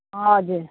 हजुर